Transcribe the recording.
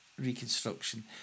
Reconstruction